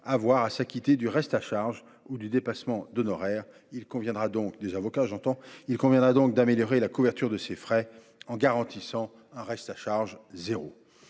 avoir à s’acquitter du reste à charge ou de dépassements d’honoraires. Il convient donc d’améliorer la couverture de ces frais d’avocat en garantissant un reste à charge égal